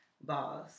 boss